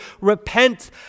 repent